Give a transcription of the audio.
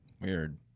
weird